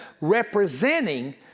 representing